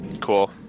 Cool